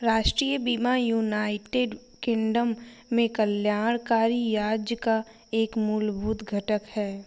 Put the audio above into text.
राष्ट्रीय बीमा United Kingdom में कल्याणकारी राज्य का एक मूलभूत घटक है